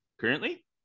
currently